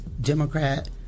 Democrat